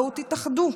בואו תתאחדו,